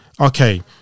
Okay